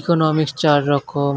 ইকোনমিক্সে চার রকম